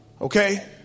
okay